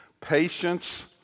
patience